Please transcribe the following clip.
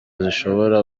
zishobora